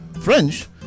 French